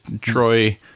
Troy